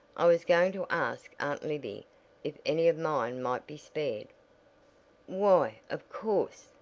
i was going to ask aunt libby if any of mine might be spared why, of course,